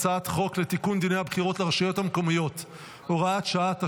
הצעת חוק לתיקון דיני הבחירות לרשויות המקומיות (הוראת שעה),